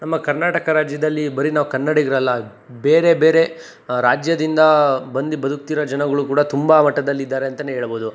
ನಮ್ಮ ಕರ್ನಾಟಕ ರಾಜ್ಯದಲ್ಲಿ ಬರಿ ನಾವು ಕನ್ನಡಿಗರಲ್ಲ ಬೇರೆ ಬೇರೆ ರಾಜ್ಯದಿಂದ ಬಂದು ಬದುಕ್ತಿರೋ ಜನಗಳು ಕೂಡ ತುಂಬ ಮಟ್ಟದಲ್ಲಿದ್ದಾರೆ ಅಂತ ಹೇಳ್ಬೋದು